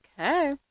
Okay